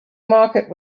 market